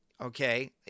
Okay